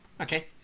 Okay